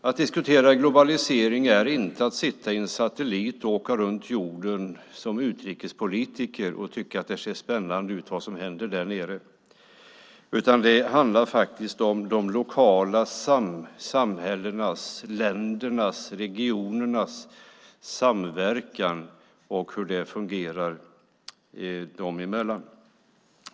Att diskutera globalisering är inte att sitta i en satellit och åka runt jorden som utrikespolitiker och tycka att det som händer där nere ser spännande ut, utan det handlar faktiskt om de lokala samhällenas, ländernas, regionernas samverkan och hur den fungerar dem emellan.